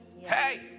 Hey